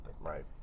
right